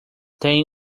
tem